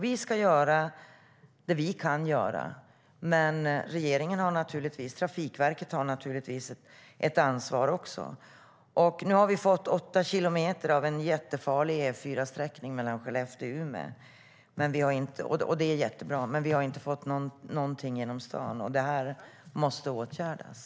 Vi ska göra vad vi kan, men regeringen och Trafikverket har givetvis också ett ansvar. Vi har fått åtgärdat åtta kilometer av en farlig E4-sträckning mellan Skellefteå och Umeå, vilket är bra. Vi har dock inte fått något genom staden, och det måste åtgärdas.